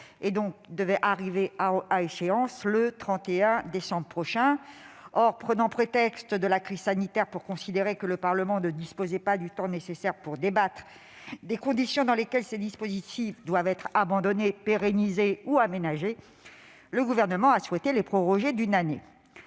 instauraient, une échéance fixée au 31 décembre prochain. Prenant prétexte de la crise sanitaire et considérant, de ce fait, que le Parlement ne disposait pas du temps nécessaire pour débattre des conditions dans lesquelles ces dispositifs doivent être abandonnés, pérennisés ou aménagés, le Gouvernement a souhaité les proroger d'un an.